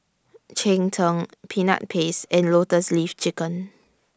Cheng Tng Peanut Paste and Lotus Leaf Chicken